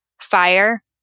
fire